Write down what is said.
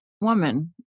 woman